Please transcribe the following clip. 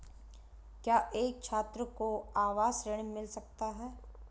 क्या एक छात्र को आवास ऋण मिल सकता है?